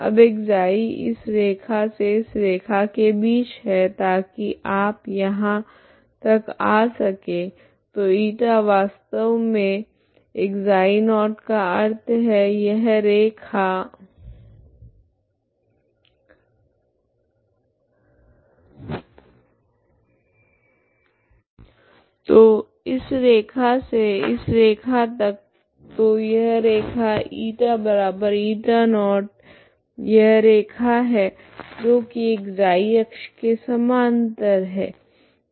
अब ξ इस रैखा से इस रैखा के बीच है ताकि आप यहा तक आ सके तो η वास्तव मे ξ0 का अर्थ है यह रैखा तो इस रैखा से इस रैखा तक तो यह रैखा η η0 यह रैखा है जो की ξ अक्ष के समानान्तर है